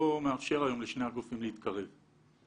אין לה שום אפשרות להתפתח על הגבעה הזאת,